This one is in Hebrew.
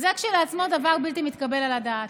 זה כשלעצמו דבר בלתי מתקבל על הדעת.